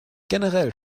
generell